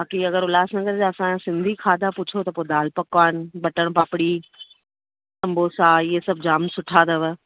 बाकी अगरि उल्हासनगर जा असांजा सिंधी खाधा पुछो त दाल पकवान बटर पापड़ी सम्बोसा ईअं सभु जाम सुठा अथव